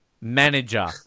Manager